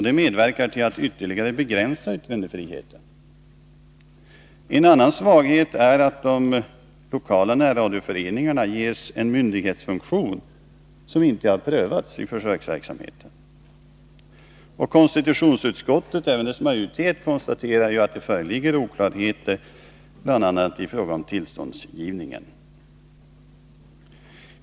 Det medverkar till att ytterligare begränsa yttrandefriheten. En annan svaghet är att de lokala närradioföreningarna ges en myndighetsfunktion som inte har prövats i försöksverksamheten. Konstitutionsutskottet konstaterar också att det föreligger oklarheter bl.a. i fråga om tillståndsgivningen.